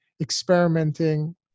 experimenting